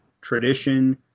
tradition